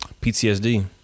PTSD